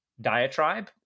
diatribe